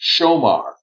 Shomar